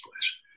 place